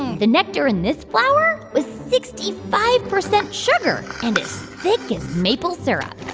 the nectar in this flower was sixty five percent sugar and as thick as maple syrup